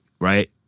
right